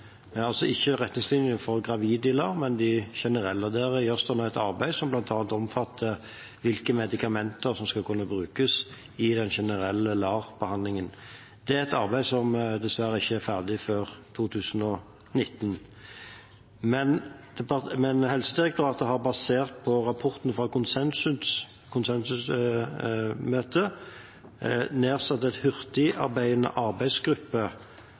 altså ikke retningslinjer for gravide i LAR, men de generelle. Der gjøres det nå et arbeid som bl.a. omfatter hvilke medikamenter som skal kunne brukes i den generelle LAR-behandlingen. Det er et arbeid som dessverre ikke er ferdig før i 2019. Men Helsedirektoratet har, basert på rapporten fra konsensusmøtet, nedsatt en hurtigarbeidende arbeidsgruppe